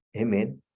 Amen